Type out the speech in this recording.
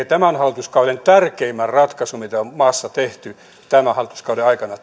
tämän hallituskauden tärkeimmän ratkaisun mitä on maassa tehty tämän hallituskauden aikana